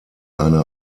eine